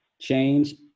change